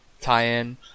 tie-in